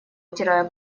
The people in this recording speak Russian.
утирая